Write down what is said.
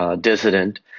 dissident